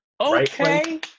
Okay